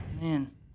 Man